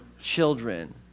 children